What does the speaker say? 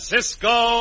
Cisco